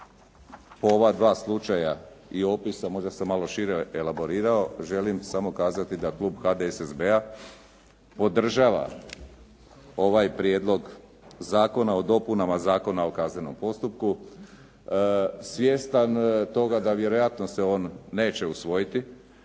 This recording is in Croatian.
Evo ova dva slučaja i opisa, možda sam malo šire elaborirao. Želim samo kazati da klub HDSSB-a podržava ovaj Prijedlog Zakona o dopunama Zakona o kaznenom postupku, svjestan toga da vjerojatno se on neće usvojiti,